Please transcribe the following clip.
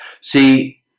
See